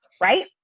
right